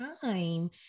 time